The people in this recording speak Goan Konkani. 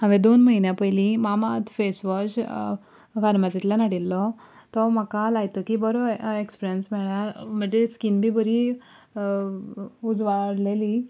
हांवें दोन म्हयन्यां पयलीं मामा अर्त फेश वॉश फार्मासींतल्यान हाडिल्लो तो म्हाका लायतगीर बरो एक्सपिरियन्स म्हणल्यार म्हजी स्कीन बी बरी उजवाडलेली